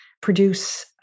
produce